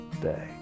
day